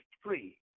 free